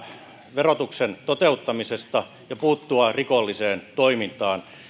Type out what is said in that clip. verotuksen toteuttamisesta ja puuttua rikolliseen toimintaan